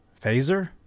Phaser